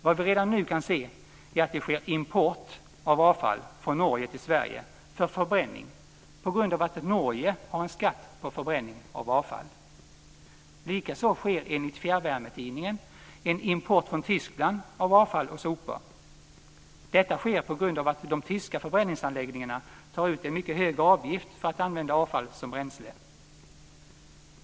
Vad vi redan nu kan se är att det sker import av avfall från Norge till Sverige för förbränning på grund av att Norge har en skatt på förbränning av avfall. Likaså sker enligt Fjärrvärmetidningen en import från Tyskland av avfall och sopor. Detta sker på grund av att de tyska förbränningsanläggningarna tar ut en mycket hög avgift för att använda avfall som bränsle.